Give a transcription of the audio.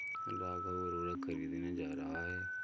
राघव उर्वरक खरीदने जा रहा है